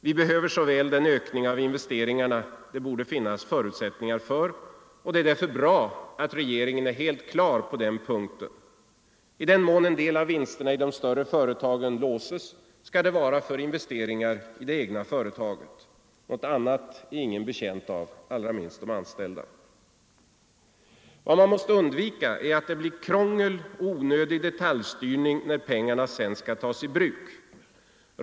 Vi behöver så väl den ökning av investeringarna som det borde finnas förutsättningar för. Det är därför bra att regeringen är helt klar på denna punkt. I den mån en del av vinsterna i de större företagen låses skall det vara för investeringar i det egna företaget. Något annat är ingen betjänt av, allra minst de anställda. Vad man måste undvika är att det blir krångel och onödig detaljstyrning när pengarna-sedan skall tas i bruk.